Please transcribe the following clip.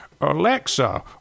Alexa